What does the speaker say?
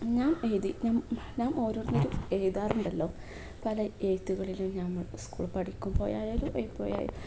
ഞാൻ എഴുതി ഞ ഞാൻ ഓരോന്നിലും എഴുതാറുണ്ടല്ലോ പല എഴുത്തുകളിലും നമ്മൾ സ്കൂൾ പഠിക്കുമ്പോഴായാലും എപ്പോഴായാലും